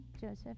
Joseph